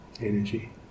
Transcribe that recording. energy